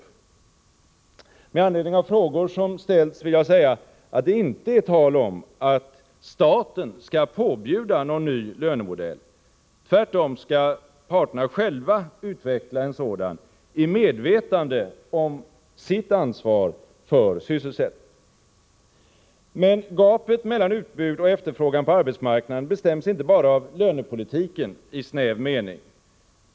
lång sikt Med anledning av frågor som har ställts vill jag säga att det inte är tal om att staten skall påbjuda någon ny lönemodell. Tvärtom skall parterna själva utveckla en sådan i medvetande om sitt ansvar för sysselsättningen. Men gapet mellan utbud och efterfrågan på arbetsmarknaden bestäms inte bara av lönepolitiken i snäv mening.